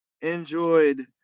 enjoyed